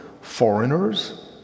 foreigners